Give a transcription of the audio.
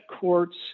courts